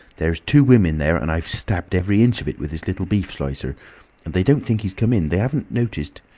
there's two women there, and i've stabbed every inch of it with this little beef slicer. and they don't think he's come in. they haven't noticed